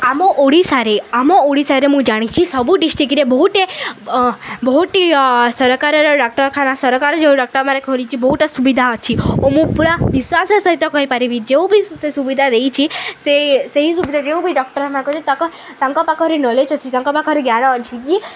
ଆମ ଓଡ଼ିଶାରେ ଆମ ଓଡ଼ିଶାରେ ମୁଁ ଜାଣିଛି ସବୁ ଡିଷ୍ଟ୍ରିକ୍ରେ ବହୁତି ବହୁତି ସରକାରର ଡାକ୍ତରଖାନା ସରକାର ଯେଉଁ ଡାକ୍ତରମାନ ଖୋଲିଛି ବହୁତ ସୁବିଧା ଅଛି ଓ ମୁଁ ପୁରା ବିଶ୍ୱାସର ସହିତ କହିପାରିବି ଯେଉଁ ବି ସେ ସୁବିଧା ଦେଇଛି ସେ ସେହି ସୁବିଧା ଯେଉଁ ବି ଡାକ୍ଟରଖାନା ଖୋଲିି ତାଙ୍କ ତାଙ୍କ ପାଖରେ ନଲେଜ୍ ଅଛି ତାଙ୍କ ପାଖରେ ଜ୍ଞାନ ଅଛି କି